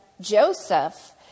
Joseph